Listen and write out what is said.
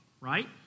right